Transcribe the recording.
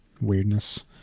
weirdness